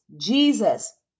Jesus